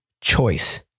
choice